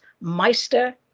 meister